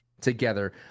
together